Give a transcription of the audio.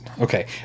Okay